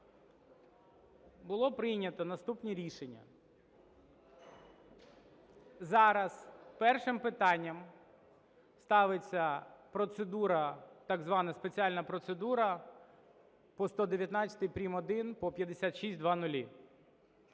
було прийнято наступні рішенні. Зараз першим питанням ставиться процедура, так звана спеціальна процедура по 119 прим.1 по 5600.